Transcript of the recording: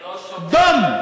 אני לא שותק --- דום.